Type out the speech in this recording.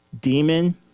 demon